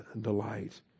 delight